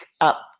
up